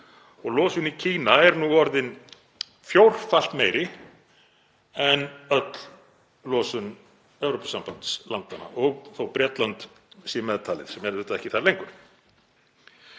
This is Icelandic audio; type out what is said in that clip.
Losun í Kína er nú orðin fjórfalt meiri en öll losun Evrópusambandslandanna, þótt Bretland sé meðtalið, sem er auðvitað ekki lengur